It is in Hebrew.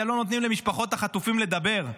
לא נותנים למשפחות החטופים לדבר?